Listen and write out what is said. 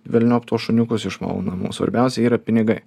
velniop tuos šuniukus iš mano namų svarbiausia yra pinigai